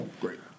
Great